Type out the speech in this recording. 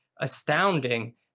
astounding